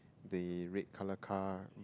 they red colour car